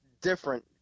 different